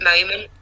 moment